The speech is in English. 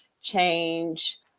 change